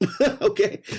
okay